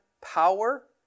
power